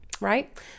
Right